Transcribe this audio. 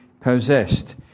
possessed